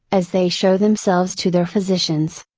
as they show themselves to their physicians.